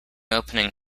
opening